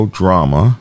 drama